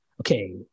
okay